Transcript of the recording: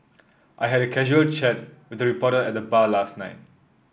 I had a casual chat with a reporter at the bar last night